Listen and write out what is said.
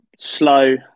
Slow